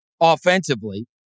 offensively